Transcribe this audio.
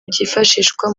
byifashishwa